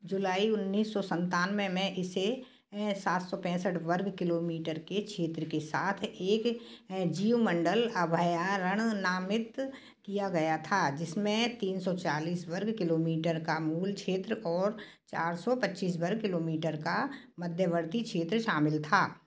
जुलाई उन्नीस सौ संतानवे में इसे सात सौ पैसठ वर्ग किलोमीटर के क्षेत्र के साथ एक जीवमंडल अभयारण्य नामित किया गया था जिसमें तीन सौ चालीस वर्ग किलोमीटर का मूल क्षेत्र और चार सौ पच्चीस वर्ग किलोमीटर का मध्यवर्ती क्षेत्र शामिल था